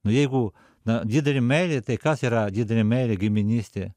nu jeigu na didelė meilė tai kas yra didelė meilė giminystė